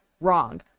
Wrong